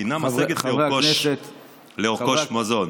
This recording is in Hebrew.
אינה משגת לרכוש מזון.